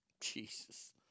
Jesus